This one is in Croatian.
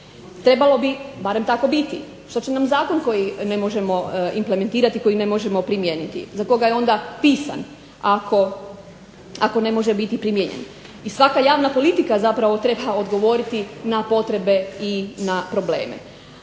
Trebalo bi barem tako biti. Što će nam zakon koji ne možemo implementirati, koji ne možemo primijeniti. Za koga je onda pisan ako ne može biti primijenjen? I svaka javna politika zapravo treba odgovoriti na potrebe i na probleme.